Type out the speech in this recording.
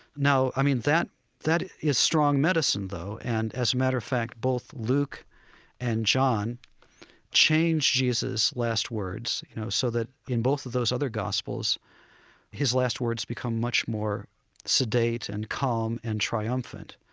now, i mean, that that is strong medicine, though, and, as a matter of fact, both luke and john changed jesus' last words, you know, so that in both of those other gospels his last words become much more sedate and calm and triumphant.